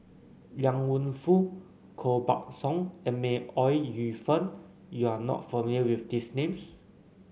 Liang Wenfu Koh Buck Song and May Ooi Yu Fen you are not familiar with these names